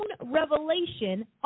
revelation